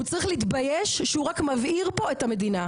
הוא צריך להתבייש שהוא רק מבעיר פה את המדינה,